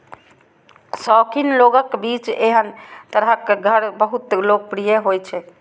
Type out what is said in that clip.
शौकीन लोगक बीच एहन तरहक घर बहुत लोकप्रिय होइ छै